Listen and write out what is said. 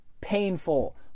painful